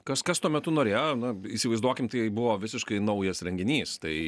kas kas tuo metu norėjo nu įsivaizduokim tai buvo visiškai naujas renginys tai